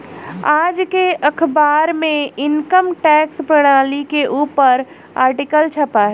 आज के अखबार में इनकम टैक्स प्रणाली के ऊपर आर्टिकल छपा है